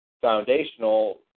foundational